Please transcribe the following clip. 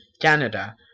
Canada